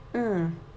mm